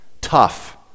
Tough